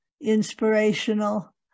inspirational